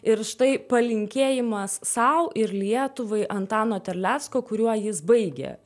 ir štai palinkėjimas sau ir lietuvai antano terlecko kuriuo jis baigė